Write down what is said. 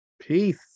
peace